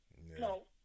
No